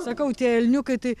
sakau tie elniukai tai